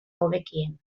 hobekien